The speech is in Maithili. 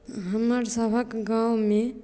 हमरसभक गाममे